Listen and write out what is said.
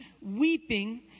weeping